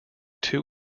two